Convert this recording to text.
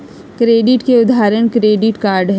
credit के उदाहरण credit card हई